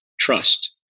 trust